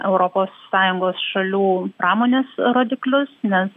europos sąjungos šalių pramonės rodiklius nes